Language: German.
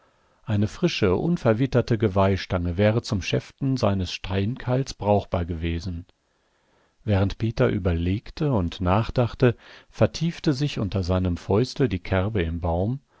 eine frische unverwitterte geweihstange wäre zum schäften eines steinkeils brauchbar gewesen während peter überlegte und nachdachte vertiefte sich unter seinem fäustel die kerbe im baum